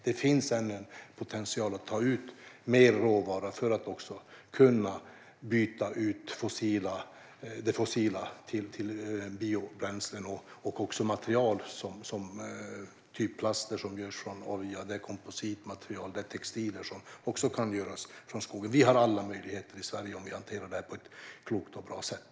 Det finns alltså potential att ta ut mer råvara för att kunna byta det fossila till biobränslen och också byta ut material, typ plaster som görs av olja. Också kompositmaterial och textilier kan göras av råvara från skogen. Vi har alla möjligheter i Sverige om vi hanterar detta på ett klokt och bra sätt.